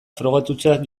frogatutzat